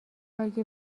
اگه